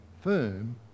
firm